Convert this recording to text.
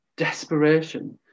Desperation